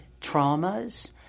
traumas